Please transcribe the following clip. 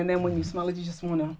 and then when you smell it you just wan